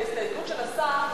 ההסתייגות של השר